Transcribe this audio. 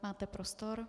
Máte prostor.